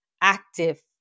active